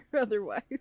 otherwise